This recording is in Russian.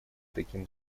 таким